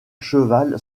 cheval